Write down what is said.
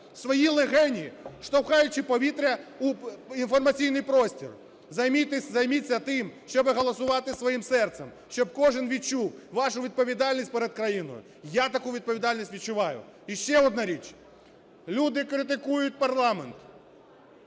свої легені, штовхаючи повітря в інформаційний простір. Займіться тим, щоби голосувати своїм серцем, щоб кожен відчув вашу відповідальність перед країною. Я таку відповідальність відчуваю. І ще одна річ. Люди критикують парламент,